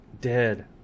dead